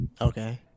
okay